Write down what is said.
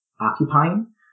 occupying